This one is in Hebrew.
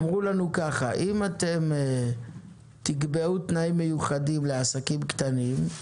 אמרו לנו: אם תקבעו תנאים מיוחדים לעסקים קטנים,